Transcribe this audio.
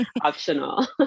Optional